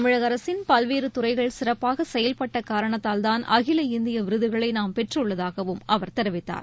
தமிழக அரசின் பல்வேறு துறைகள் சிறப்பாக செயல்பட்ட காரணத்தால்தான் அகில இந்திய விருதுகளை நாம் பெற்றுள்ளதாகவும் அவர் தெரிவித்தார்